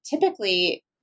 Typically